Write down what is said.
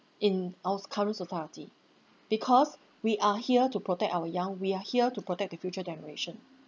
in our s~ current society because we are here to protect our young we are here to protect the future generation